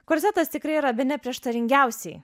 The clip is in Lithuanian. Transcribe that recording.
korsetas tikrai yra bene prieštaringiausiai